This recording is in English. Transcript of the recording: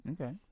okay